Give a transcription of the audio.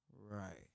Right